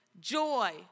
Joy